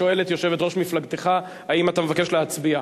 שואלת יושבת-ראש מפלגתך אם אתה מבקש להצביע.